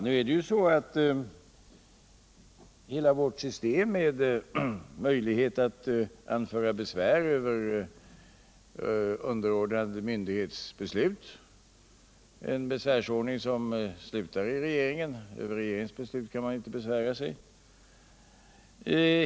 Nu är det ju så att vi har ett system med möjlighet att anföra besvär över underordnad myndighets beslut, en besvärsordning som slutar i regeringen — över regeringens beslut kan man inte besvära sig.